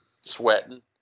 sweating